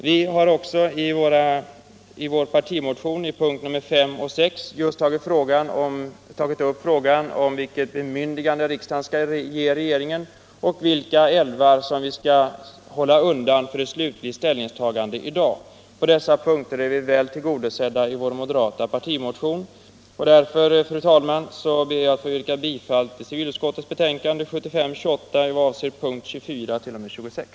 Under punkterna 5 och 6 i vår partimotion har vi just tagit upp frågan om vilket bemyndigande riksdagen skall ge regeringen och vilka älvar som bör hållas undan från ett slutgiltigt ställningstagande i dag. I dessa avseenden är vi väl tillgodosedda, och därför ber jag, fru talman, att få yrka bifall till civilutskottets hemställan under punkterna 24 t.o.m. 26.